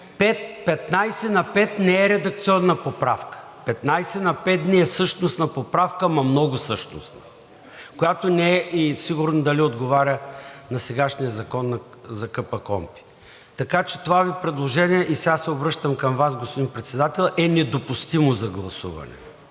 15 на 5 не е редакционна поправка: 15 на 5 дни е същностна поправка, ама много същностна, която не е и сигурно дали отговаря на сегашния закон за КПКОНПИ. Така че това Ви предложение – и сега се обръщам към Вас, господин Председател, е недопустимо за гласуване.